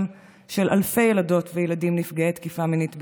של אלפי ילדים וילדות נפגעי תקיפה מינית בישראל.